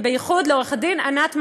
ובייחוד לעורכת-דין ענת מימון,